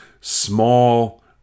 small